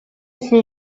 суу